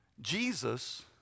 Jesus